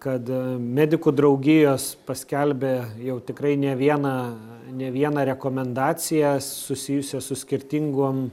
kad medikų draugijos paskelbė jau tikrai ne vieną ne vieną rekomendaciją susijusią su skirtingom